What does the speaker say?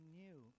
new